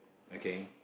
okay